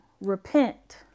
repent